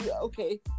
Okay